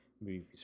movies